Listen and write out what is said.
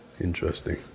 Interesting